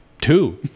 two